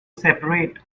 separate